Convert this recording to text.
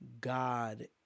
God